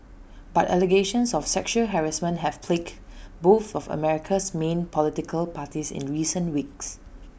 but allegations of sexual harassment have plagued both of America's main political parties in recent weeks